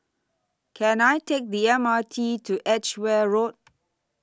Can I Take The M R T to Edgware Road